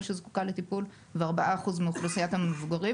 שזקוקה לטיפול וארבעה אחוז מאוכלוסיית המבוגרים.